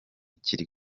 kiri